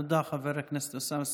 תודה, חבר הכנסת אוסאמה סעדי.